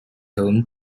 home